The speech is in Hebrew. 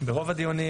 שברוב הדיונים,